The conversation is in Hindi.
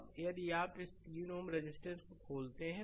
अब यदि आप इस 3 Ω रजिस्टेंस को खोलते हैं